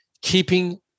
keeping